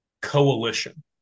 coalition